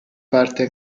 parte